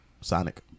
Sonic